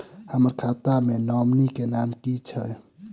हम्मर खाता मे नॉमनी केँ नाम की छैय